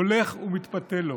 הולך ומתפתל לו.